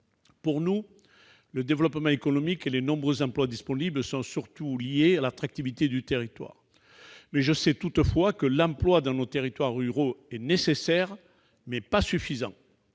Pour nous, le développement économique et les nombreux emplois disponibles sont surtout liés à l'attractivité du territoire. Je sais toutefois que l'emploi dans nos territoires ruraux est nécessaire, mais pas suffisant.